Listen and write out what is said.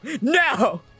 No